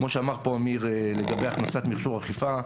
כמו שאמר פה עמיר לגבי הכנסת מכשור אכיפה,